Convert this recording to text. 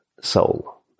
soul